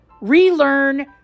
relearn